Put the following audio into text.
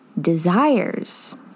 desires